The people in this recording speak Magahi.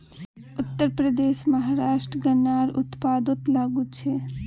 उत्तरप्रदेश, महाराष्ट्र गन्नार उत्पादनोत आगू छे